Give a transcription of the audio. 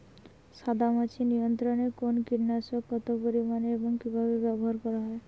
সাদামাছি নিয়ন্ত্রণে কোন কীটনাশক কত পরিমাণে এবং কীভাবে ব্যবহার করা হয়?